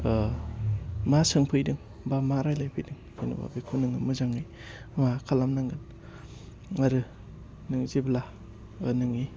मा सोंफैदों बा मा रायज्लायफैदों जेन'बा बेखौ नोङो मोजाङै खालामनांगोन आरो नों जेब्ला नोंनि